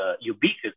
ubiquitous